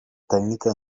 tècnica